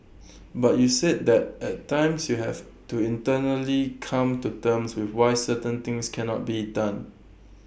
but you said that at times you have to internally come to terms with why certain things cannot be done